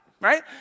right